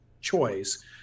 choice